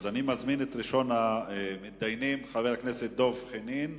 אני מזמין את ראשון המתדיינים, חבר הכנסת דב חנין.